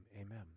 amen